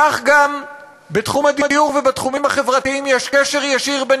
כך גם בתחום הדיור ובתחומים החברתיים יש קשר ישיר בין